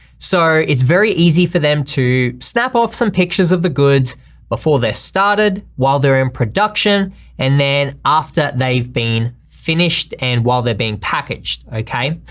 so it's very easy for them to snap off some pictures of the goods before this started, while they're in production and then after they've been finished, and while they're being packaged. okay,